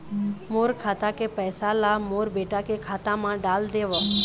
मोर खाता के पैसा ला मोर बेटा के खाता मा डाल देव?